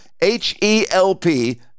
H-E-L-P